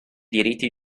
diritti